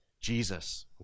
Jesus